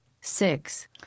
six